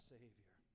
Savior